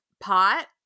pot